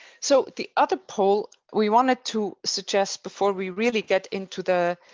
so the other poll we wanted to suggest before we really get into the